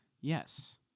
Yes